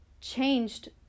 changed